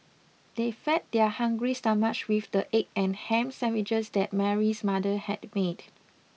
they fed their hungry stomachs with the egg and ham sandwiches that Mary's mother had made